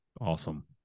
Awesome